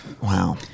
Wow